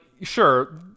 sure